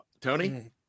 Tony